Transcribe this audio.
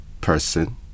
person